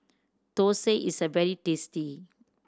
thosai is very tasty